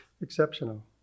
Exceptional